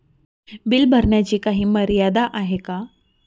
Bill भरण्याची काही मर्यादा आहे का?